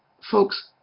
folks